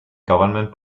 government